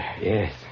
Yes